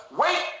wait